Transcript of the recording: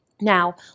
Now